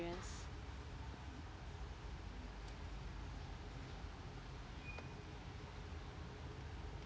experience